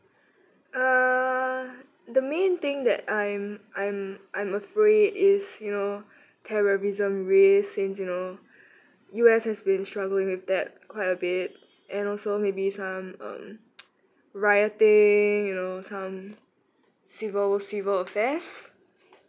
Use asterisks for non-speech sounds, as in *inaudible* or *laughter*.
uh the main thing that I'm I'm I'm afraid is you know terrorism race and you know U_S has been struggling with that quite a bit and also may be some um *noise* rioting you know some civil civil affairs